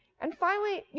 and finally,